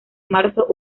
marzo